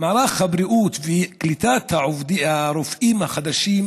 מערך הבריאות וקליטת הרופאים החדשים